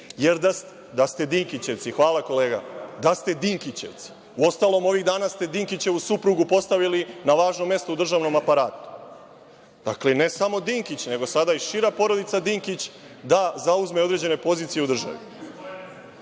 Da ste Dinkićevci, hvala kolega. Da ste Dinkićevci. Uostalom, ovih dana ste Dinkićevu suprugu postavili na važno mesto u državnom aparatu. Dakle, ne samo Dinkić, sada i šira porodica Dinkić da zauzme određene pozicije u državi.